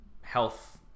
health